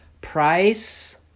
price